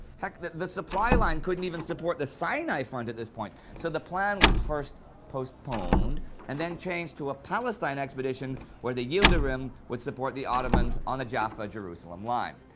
heck, the the supply line couldn't even support the sinai front at this point, so the plan was first postponed and then changed to a palestine expedition where the yildirim would support the ottomans on the jaffa-jerusalem line.